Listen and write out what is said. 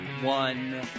one